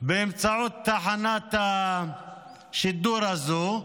באמצעות תחנת השידור הזאת,